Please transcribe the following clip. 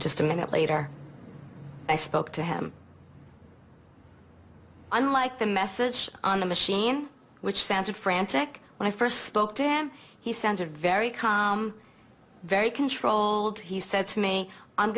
just a minute later i spoke to him unlike the message on the machine which sounded frantic when i first spoke to him he sent a very calm very controlled he said to me i'm